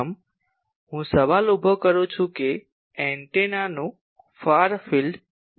પ્રથમ હું સવાલ ઉભો કરું છું કે એન્ટેનાનું ફાર ફિલ્ડ શું છે